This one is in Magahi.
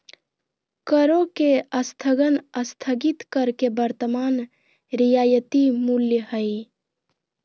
करों के स्थगन स्थगित कर के वर्तमान रियायती मूल्य हइ